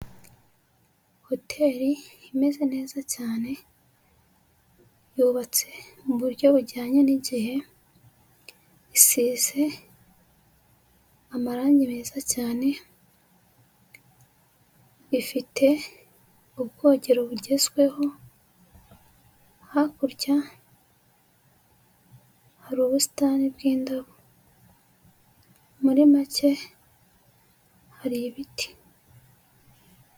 Hoteli imeze neza cyane yubatse mu buryo bujyanye n'igihe, isize amarangi meza cyane, ifite ubwogero bugezweho, hakurya hari ubusitani bw'indabo, muri make hari ibiti.